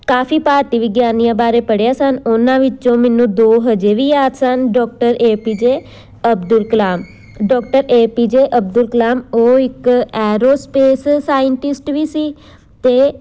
ਕਾਫੀ ਭਾਰਤੀ ਵਿਗਿਆਨੀਆਂ ਬਾਰੇ ਪੜ੍ਹਿਆ ਸਨ ਉਹਨਾਂ ਵਿੱਚੋਂ ਮੈਨੂੰ ਦੋ ਹਜੇ ਵੀ ਯਾਦ ਸਨ doctor APJ Abdul Kalam doctor APJ Abdul Kalam ਉਹ ਇੱਕ ਐਰੋਸਪੇਸ ਸਾਇੰਟਿਸਟ ਵੀ ਸੀ ਅਤੇ